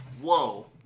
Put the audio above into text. whoa